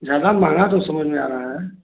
ज़्यादा महँगा तो समझ में आ रहा है